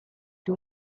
two